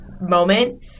moment